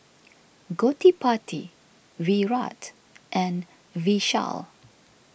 Gottipati Virat and Vishal